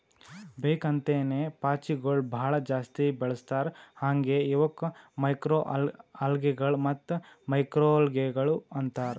ಬೇಕ್ ಅಂತೇನೆ ಪಾಚಿಗೊಳ್ ಭಾಳ ಜಾಸ್ತಿ ಬೆಳಸ್ತಾರ್ ಹಾಂಗೆ ಇವುಕ್ ಮೈಕ್ರೊಅಲ್ಗೇಗಳ ಮತ್ತ್ ಮ್ಯಾಕ್ರೋಲ್ಗೆಗಳು ಅಂತಾರ್